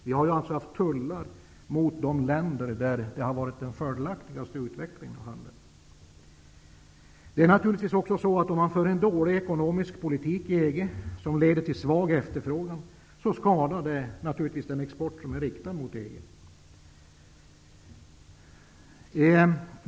Vi har haft tullar gentemot de länder med vilka vi har haft den fördelaktigaste utvecklingen av handeln. Om man för en dålig ekonomisk politik i EG som leder till svag efterfrågan, så skadar det naturligtvis den export som är riktad mot EG.